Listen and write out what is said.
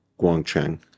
Guangcheng